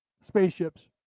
spaceships